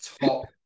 top